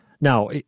Now